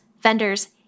vendors